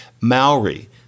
Maori